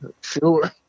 Sure